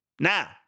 Now